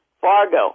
Fargo